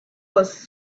was